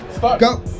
go